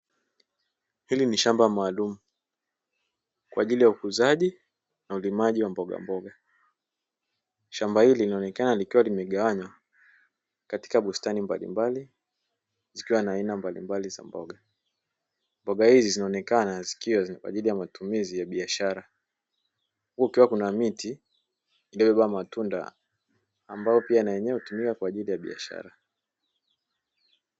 Hili ni shamba maalumu kwa ajili ya ukuzaji na ulimaji wa mbogamboga. Shamba hili linaonekana likiwa limegawanywa katika bustani mbalimbali, zikiwa na aina mbalimbali za mboga. Mboga hizi zinaonekana zikiwa ni kwa ajili ya matumizi ya biashara, huku kukiwa kuna miti iliyobeba matunda ambayo pia na yenyewe hutumika kwa ajili ya biashara.